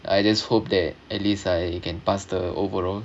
I just hope that at least I can pass the overall